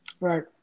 Right